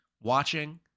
watching